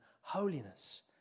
holiness